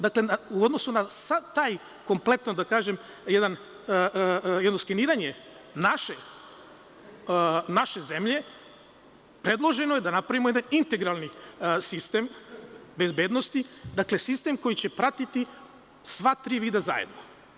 Dakle, u odnosu na sav taj kompletno, da kažem, jedno skeniranje naše zemlje, predloženo je da napravimo jedan integralni sistem bezbednosti, sistem koji će pratiti sva tri vida zajedno.